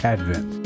Advent